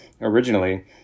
originally